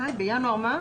בינואר מה?